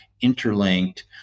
interlinked